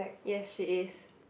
yes she is